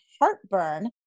heartburn